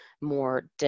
more